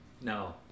No